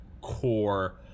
core